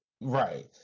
Right